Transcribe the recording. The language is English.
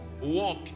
walk